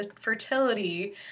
fertility